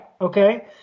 okay